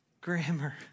grammar